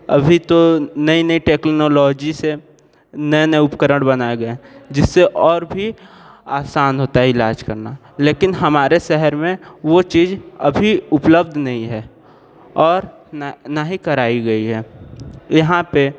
अभी तो नई नई टेक्नोलॉजी से नए नए उपकरण बनाए गए जिससे और भी आसान होता है इलाज करना लेकिन हमारे शहर में वो चीज अभी उपलब्ध नहीं है और न ना ही कराई गई है यहाँ पे